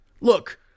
look